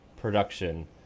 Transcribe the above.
production